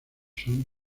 son